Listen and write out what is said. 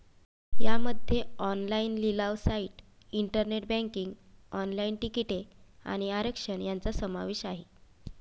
यामध्ये ऑनलाइन लिलाव site, internet banking, online तिकिटे आणि आरक्षण यांचा समावेश आहे